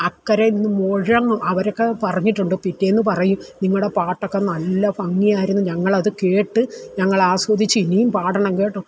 അക്കരെനിന്ന് മുഴുവൻ അവരൊക്കെ പറഞ്ഞിട്ടുണ്ട് പിറ്റേന്ന് പറയും നിങ്ങളുടെ പാട്ടൊക്കെ നല്ല ഭംഗിയായിരുന്നു ഞങ്ങൾ അത് കേട്ട് ഞങ്ങൾ ആസ്വദിച്ച് ഇനിയും പാടണം കേട്ടോ